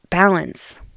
Balance